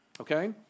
Okay